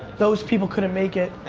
those people couldn't make it,